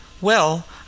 Well